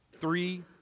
three